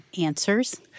answers